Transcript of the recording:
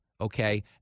Okay